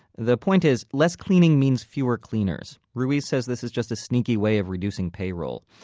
the point is less cleaning means fewer cleaners. ruiz says this is just a sneaky way of reducing payroll.